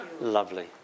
Lovely